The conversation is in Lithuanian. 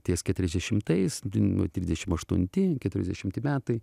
ties keturiasdešimtais nu trisdešimt aštunti keturiasdešimti metai